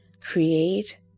create